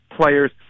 players